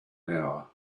hour